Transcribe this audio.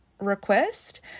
request